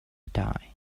die